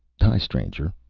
hi, stranger.